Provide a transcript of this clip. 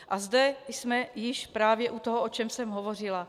A zde jsme již právě u toho, o čem jsem hovořila.